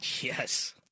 Yes